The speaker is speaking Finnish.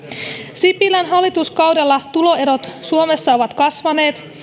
sipilän hallituskaudella tuloerot suomessa ovat kasvaneet